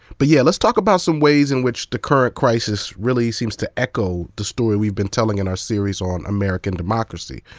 but yeah, let's talk about some ways in which the current crisis really seems to echo the story we've been telling in our series on american democracy.